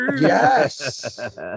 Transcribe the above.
yes